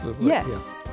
Yes